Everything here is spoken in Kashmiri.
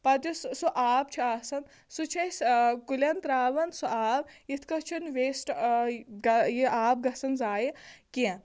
پَتہٕ یُس سُہ آب چھُ آسان سُہ چھُ أسۍ کُلٮ۪ن ترٛاوان سُہ آب یِتھٕ کٔنۍ چھُنہٕ ویٚسٹہٕ گا یہِ آب گژھان ضایہِ کیٚنٛہہ